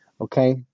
Okay